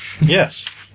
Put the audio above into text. Yes